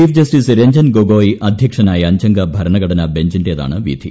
chief justice Ranjan Gogoi അധ്യക്ഷനായ അഞ്ചാഗ ഭരണഘടനാ ബഞ്ചിന്റേതാണ് വിധി